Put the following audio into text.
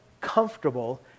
comfortable